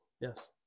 Yes